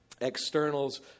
externals